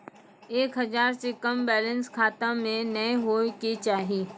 एक हजार से कम बैलेंस खाता मे नैय होय के चाही